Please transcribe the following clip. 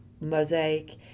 mosaic